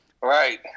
Right